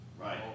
Right